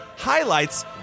highlights